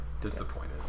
disappointed